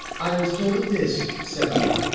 i was told of this said i,